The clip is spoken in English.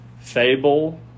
Fable